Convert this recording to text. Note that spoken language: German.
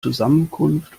zusammenkunft